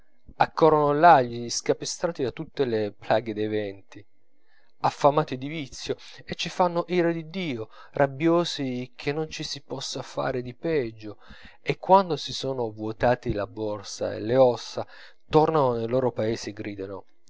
accorrono là gli scapestrati da tutte le plaghe dei venti affamati di vizio e ci fanno ira di dio rabbiosi che non ci si possa fare di peggio e quando si son vuotati la borsa e le ossa tornano nei loro paesi e gridano